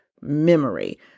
memory